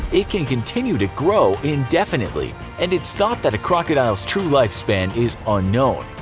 it can continue to grow indefinitely, and it's thought that a crocodile's true lifespan is unknown,